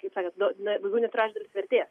kaip sakant nu ne daugiau negu trečdalis vertės